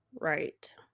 Right